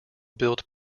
built